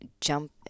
jump